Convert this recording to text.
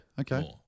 Okay